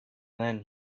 then